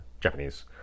Japanese